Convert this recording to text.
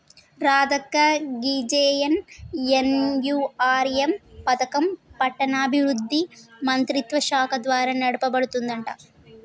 రాధక్క గీ జె.ఎన్.ఎన్.యు.ఆర్.ఎం పథకం పట్టణాభివృద్ధి మంత్రిత్వ శాఖ ద్వారా నడపబడుతుందంట